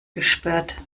gesperrt